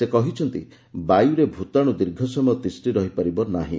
ସେ କହିଛନ୍ତି ବାୟୁରେ ଭୂତାଣୁ ଦୀର୍ଘ ସମୟ ତିଷ୍ଠି ରହି ପାରିବ ନାହିଁ